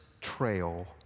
trail